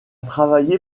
travaillé